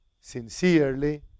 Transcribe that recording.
sincerely